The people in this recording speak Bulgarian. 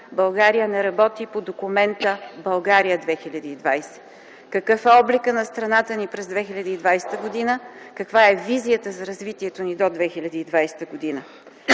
България не работи по документа „България 2020”. Какъв е обликът на страната ни през 2020 г.? Каква е визията за развитието ни до 2020 г.?